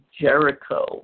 Jericho